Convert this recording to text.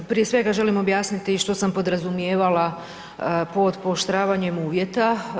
Prije svega, želim objasniti što sam podrazumijevala pod pooštravanjem uvjeta.